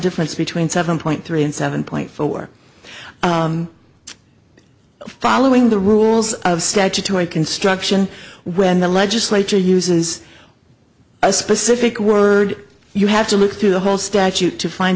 difference between seven point three and seven point four following the rules of statutory construction when the legislature uses a specific word you have to look through the whole statute to find